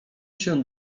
się